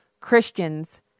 Christians